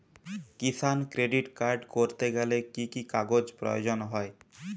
কিষান credit card করতে গেলে কি কি কাগজ প্রয়োজন হয়?